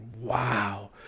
wow